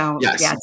Yes